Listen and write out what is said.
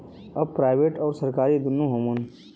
अब प्राइवेट अउर सरकारी दुन्नो हउवन